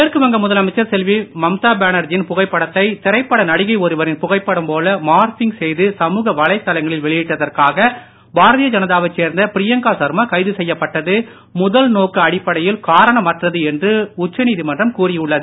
மேற்குவங்க முதலமைச்சர் செல்வி மம்தா பேனர்ஜியின் புகைப்படத்தை திரைப்பட நடிகை ஒருவரின் புகைப்படம் போல மாஃர்பிங் செய்து சமுக வலைதளங்களில் வெளியிட்டதற்காக பாரதிய ஜனதாவைச் சேர்ந்த பிரியங்கா சர்மா கைது செய்யப்பட்டது முதல் நோக்கு அடிப்படையில் காரணமற்றது என்று உச்சநீதிமன்றம் கூறியுள்ளது